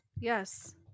yes